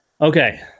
Okay